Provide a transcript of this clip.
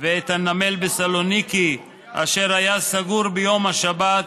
ואת הנמל בסלוניקי, אשר היה סגור ביום השבת,